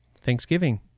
Thanksgiving